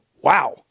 wow